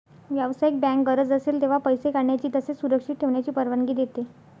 व्यावसायिक बँक गरज असेल तेव्हा पैसे काढण्याची तसेच सुरक्षित ठेवण्याची परवानगी देते